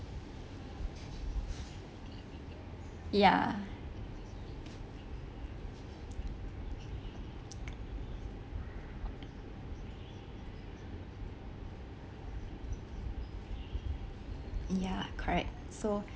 ya ya correct so